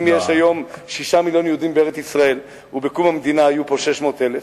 אם יש היום 6 מיליוני יהודים בארץ-ישראל ובקום המדינה היו פה 600,000,